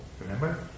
Remember